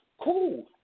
cool